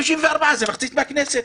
54 זה מחצית מהכנסת.